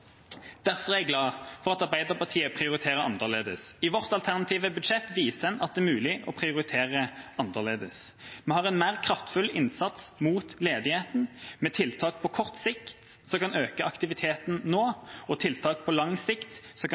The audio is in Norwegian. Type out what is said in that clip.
Derfor er jeg glad for at Arbeiderpartiet prioriterer annerledes – i vårt alternative budsjett viser en at det er mulig å prioritere annerledes. Vi har en mer kraftfull innsats mot ledigheten, med tiltak på kort sikt som kan øke aktiviteten nå, og tiltak på lang sikt som kan